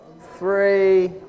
three